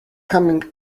coming